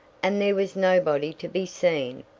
and there was nobody to be seen.